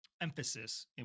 emphasis